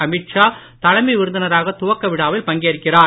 அமித் ஷா தலைமை விருந்தினராக துவக்க விழாவில் பங்கேற்கிறார்